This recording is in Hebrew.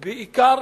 בעיקר,